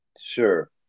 Sure